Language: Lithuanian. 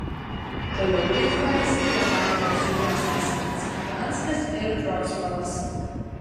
toliau rikiuojasi prie baltijos jūros esantis gdanskas ir vroclavas